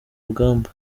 rugamba